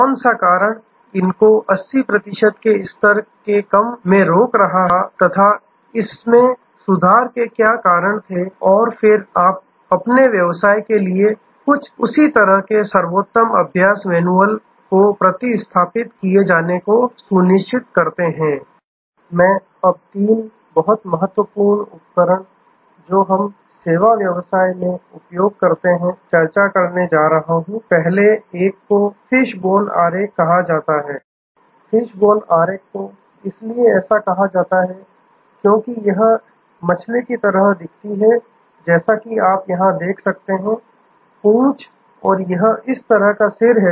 कौन सा कारण इनको 80 से कम के स्तर में रोक रहा था तथा इसमें सुधार के क्या कारण थे और और फिर आप अपने व्यवसाय के लिए कुछ उसी तरह के सर्वोत्तम अभ्यास मैनुअल को प्रतिस्थापित किए जाने को सुनिश्चित करते हैं मैं अब तीन बहुत महत्वपूर्ण उपकरण जो हम सेवा व्यवसाय में उपयोग करते हैं चर्चा करने जा रहा हूं पहले एक को फिशबोन आरेख कहा जाता है फिशबोन आरेख को इसलिए ऐसा कहा जाता है क्योंकि यह मछली की तरह दिखती है जैसा कि आप यहां देख सकते हैं पूंछ और यह इस तरह का सिर है